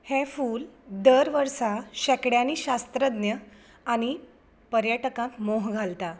हें फुल दर वर्सा शेंकड्यांनी शास्त्रज्ञ आनी पर्यटकांक मोह घालता